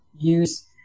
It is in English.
use